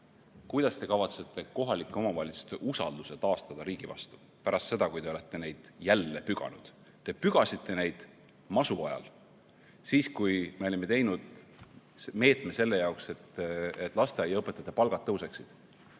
kuidas te kavatsete taastada kohalike omavalitsuste usalduse riigi vastu pärast seda, kui te olete neid jälle püganud. Te pügasite neid masuajal, siis, kui me olime teinud meetme selle jaoks, et lasteaiaõpetajate palgad tõuseksid.